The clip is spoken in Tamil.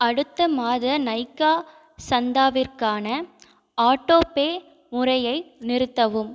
அடுத்த மாத நைக்கா சந்தாவிற்கான ஆட்டோபே முறையை நிறுத்தவும்